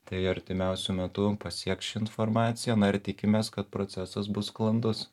tai artimiausiu metu pasieks ši informacija na ir tikimės kad procesas bus sklandus